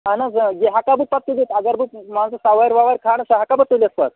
اہَن حظ یہِ ہٮ۪کا بہٕ پَتہٕ تُلِتھ اگر بہٕ مان ژٕ سَوارِ وَوارِ کھالکھ سُہ ہٮ۪کا بہٕ تُلِتھ پَتہٕ